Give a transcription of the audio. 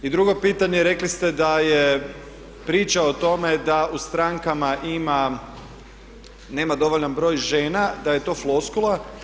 I drugo pitanje, rekli ste da je priča o tome da u strankama ima, nema dovoljan broj žena, da je to floskula.